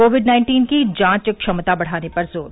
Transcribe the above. Covid nineteen की जांच क्षमता बढ़ाने पर जोर